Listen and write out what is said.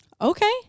Okay